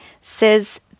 says